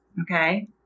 Okay